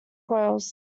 coils